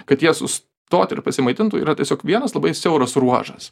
kad jie sustotų ir pasimaitintų yra tiesiog vienas labai siauras ruožas